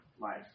life